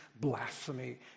blasphemy